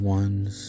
ones